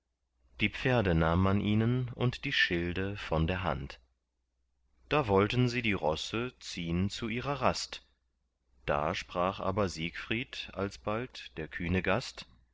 die pferde nahm man ihnen und die schilde von der hand da wollten sie die rosse ziehn zu ihrer rast da sprach aber siegfried alsbald der kühne gast